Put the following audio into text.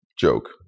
joke